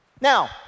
Now